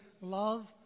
love